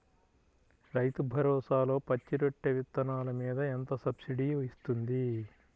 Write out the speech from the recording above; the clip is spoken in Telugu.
రైతు భరోసాలో పచ్చి రొట్టె విత్తనాలు మీద ఎంత సబ్సిడీ ఇస్తుంది?